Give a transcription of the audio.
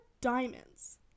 diamonds